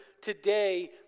today